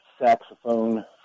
saxophone